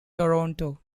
toronto